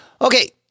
Okay